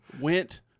went